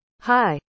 Hi